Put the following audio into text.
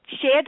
share